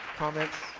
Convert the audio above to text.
comments.